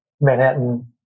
Manhattan